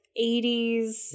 80s